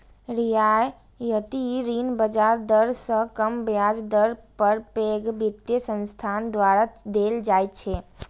रियायती ऋण बाजार दर सं कम ब्याज दर पर पैघ वित्तीय संस्थान द्वारा देल जाइ छै